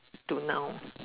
to now